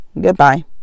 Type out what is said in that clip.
goodbye